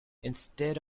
instead